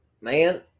Man